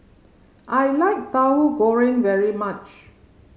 I like Tauhu Goreng very much